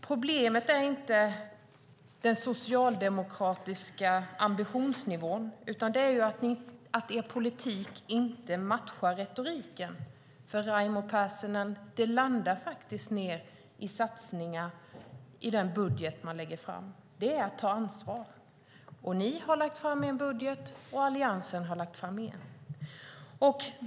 Problemet är inte den socialdemokratiska ambitionsnivån utan att er politik inte matchar retoriken, för Raimo Pärssinen, det landar faktiskt i satsningar i den budget man lägger fram. Det är att ta ansvar. Ni har lagt fram en budget, och Alliansen har lagt fram en annan.